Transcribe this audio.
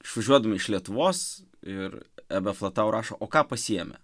išvažiuodami iš lietuvos ir ebeflatau rašo o ką pasiėmė